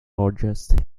largest